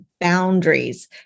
boundaries